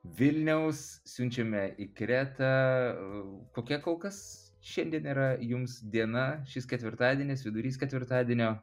vilniaus siunčiame į kretą kokia kol kas šiandien yra jums diena šis ketvirtadienis vidurys ketvirtadienio